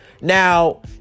Now